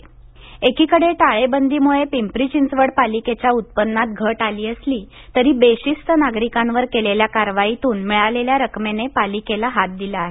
दंड एकीकडे टाळेबंदी मुळे पिंपरी चिंचवड पालिकेच्या उत्पन्नात घट आली असली तरी बेशिस्त नागरिकांवर केलेल्या कारवाईतून मिळालेल्या रकमेने पालिकेला हात दिला आहे